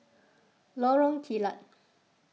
Lorong Kilat